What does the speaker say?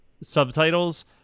subtitles